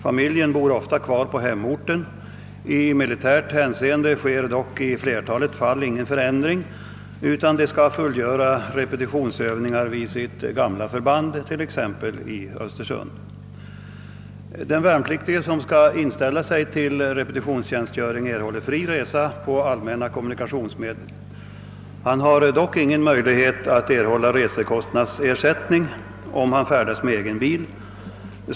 Familjen bor ofta kvar på hemorten. I militärt hänseende sker dock i flertalet fall ingen förändring, utan vederbörande skall fullgöra repetitionsövningar vid sitt gamla förband, t.ex. i Östersund. Den värnpliktige, som skall inställa sig till repetitionstjänstgöring, erhåller fri resa med allmänna kommunikationsmedel. Han kan dock inte erhålla resekostnadsersättning, om han färdas med egen bil.